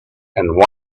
and